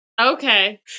Okay